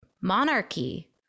monarchy